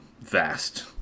vast